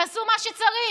תעשו מה שצריך,